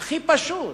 הכי פשוט.